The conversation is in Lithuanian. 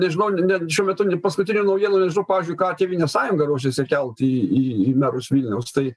nežinau net šiuo metu paskutinių naujienų nežnau pavyzdžiui ką tėvynės sąjunga ruošiasi kelt į į į merus vilniaus tai